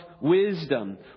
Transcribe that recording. wisdom